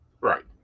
right